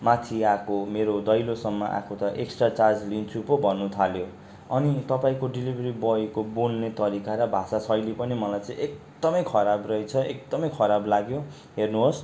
माथि आएको मेरो दैलोसम्म आएको त एक्स्ट्रा चार्ज लिन्छु पो भन्नुथाल्यो अनि तपाईँको डिलिभेरी बोयको बोल्ने तरिका र भाषाशैली पनि मलाई चाहिँ एकदमै खराब रहेछ एकदमै खराब लाग्यो हेर्नुहोस्